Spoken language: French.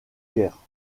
guerre